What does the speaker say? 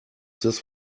this